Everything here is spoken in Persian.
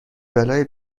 بلایی